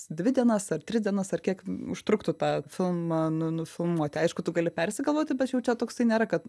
dvi dienas ar tris dienas ar kiek užtruktų tą filmą nu nufilmuoti aišku tu gali persigalvoti tačiau čia toks nėra kad